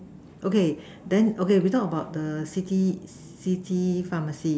okay then okay we talk about the city city pharmacy